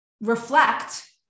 reflect